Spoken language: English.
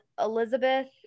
Elizabeth